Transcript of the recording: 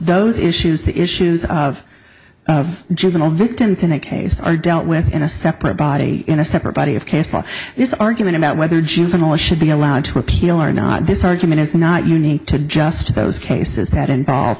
those issues the issues of juvenile victims in a case are dealt with in a separate body in a separate body of case law this argument about whether juveniles should be allowed to appeal or not this argument is not unique to just those cases that involve